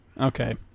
Okay